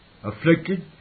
Afflicted